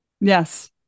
Yes